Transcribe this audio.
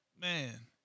man